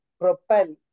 propel